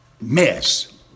mess